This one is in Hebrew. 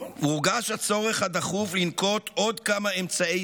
"הורגש הצורך הדחוף לנקוט עוד כמה אמצעי